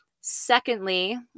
Secondly